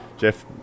Jeff